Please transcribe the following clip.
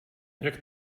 jak